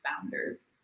founders